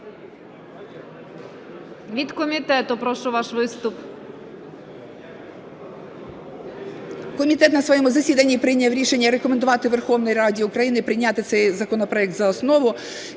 Від комітету, прошу, ваш виступ.